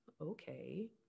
okay